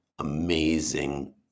amazing